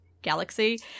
galaxy